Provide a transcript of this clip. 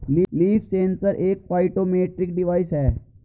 leaf sensor एक phytometric device है